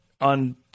on